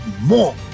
more